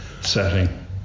setting